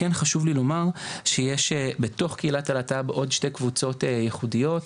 כן חשוב לי לומר שיש בתוך קהילת הלהט"ב עוד שתי קבוצות ייחודיות,